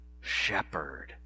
shepherd